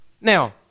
Now